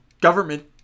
government